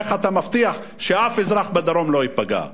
איך אתה מבטיח שאף אזרח בדרום לא ייפגע.